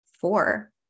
four